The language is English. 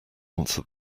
answer